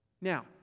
Now